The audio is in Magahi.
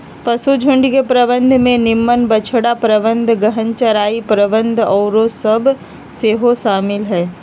पशुझुण्ड के प्रबंधन में निम्मन बछड़ा प्रबंधन, गहन चराई प्रबन्धन आउरो सभ सेहो शामिल हइ